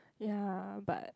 ya but